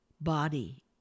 body